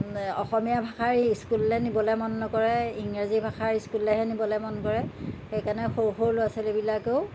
অসমীয়া ভাষাৰ ইস্কুললৈ নিবলৈ মন নকৰে ইংৰাজী ভাষাৰ ইস্কুললেহে নিবলৈ মন কৰে সেইকাৰণে সৰু সৰু ল'ৰা ছোৱালীবিলাকেও